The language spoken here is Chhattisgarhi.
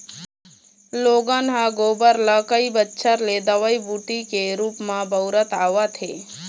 लोगन ह गोबर ल कई बच्छर ले दवई बूटी के रुप म बउरत आवत हे